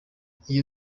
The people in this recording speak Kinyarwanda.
iryo